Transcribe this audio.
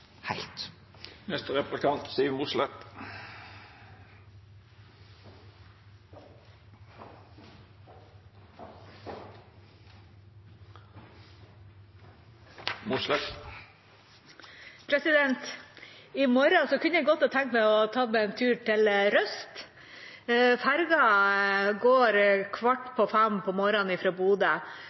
I morgen kunne jeg godt ha tenkt meg å ta en tur til Røst. Ferga går kvart på fem